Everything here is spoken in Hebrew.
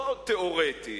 לא תיאורטית,